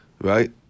right